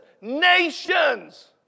nations